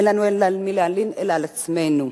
אין לנו על מי להלין אלא על עצמנו,